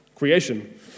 Creation